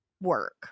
work